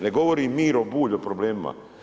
Ne govori Miro Bulj o problemima.